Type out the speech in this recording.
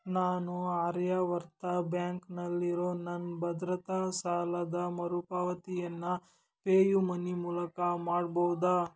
ನಾನು ಆರ್ಯವರ್ತ ಬ್ಯಾಂಕ್ನಲ್ಲಿರೋ ನನ್ನ ಭದ್ರತಾ ಸಾಲದ ಮರುಪಾವತಿಯನ್ನು ಪೇ ಯು ಮನಿ ಮೂಲಕ ಮಾಡ್ಬೋದಾ